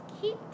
keep